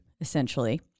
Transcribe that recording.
essentially